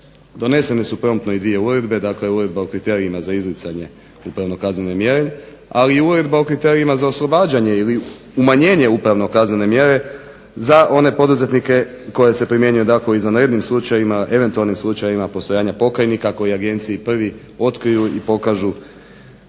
Donesene su promptno i dvije uredbe, dakle Uredba o kriterijima za izricanje upravno kaznene mjere, ali i Uredba o kriterijima za oslobađanje ili umanjenje upravno kaznene mjere za one poduzetnike koja se primjenjuje dakle u izvanrednim slučajevima, eventualnim slučajevima postojanja pokajnika koji agenciji prvi otkriju i pokažu